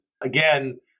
Again